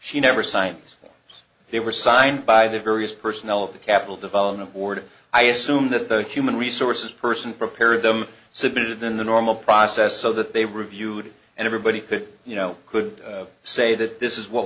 she never signs they were signed by the various personnel of the capitol development board i assume that the human resources person prepared them submitted in the normal process so that they reviewed and everybody you know could say that this is what